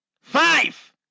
five